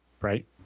right